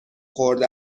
خورده